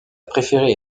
préférée